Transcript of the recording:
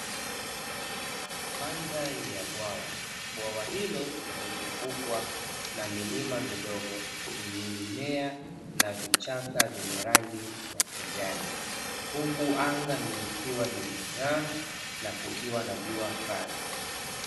Mandhari ya bwawa, bwawa hilo limezungukwa na milima midogo yenye mimea na vichaka vyenye rangi ya kijani huku anga lilikuwa limeng'aa na kukiwa na jua kali.